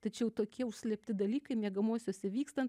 tačiau tokie užslėpti dalykai miegamuosiuose vyksta